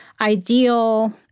ideal